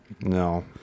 No